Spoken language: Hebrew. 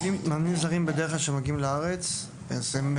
מאמנים זרים שמגיעים לארץ באים,